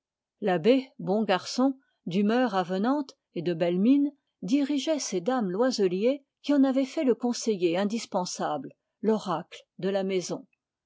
l'abbé bon garçon d'humeur avenante et de belle mine dirigeait ces dames loiselier qui en avaient fait le conseiller indispensable l'oracle de la maison